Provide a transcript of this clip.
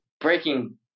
breaking